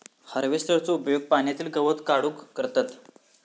हार्वेस्टरचो उपयोग पाण्यातला गवत काढूक करतत